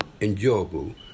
enjoyable